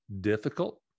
difficult